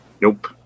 Nope